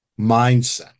mindset